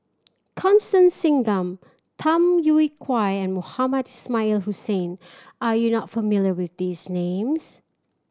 Constance Singam Tham Yui Kai and Mohamed Ismail Hussain are you not familiar with these names